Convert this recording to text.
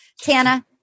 Tana